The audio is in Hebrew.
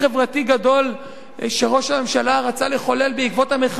גדול שראש הממשלה רצה לחולל בעקבות המחאה,